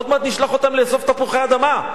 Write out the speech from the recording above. עוד מעט נשלח אותם לאסוף תפוחי אדמה.